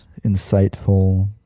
insightful